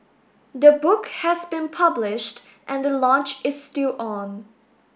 the book has been published and the launch is still on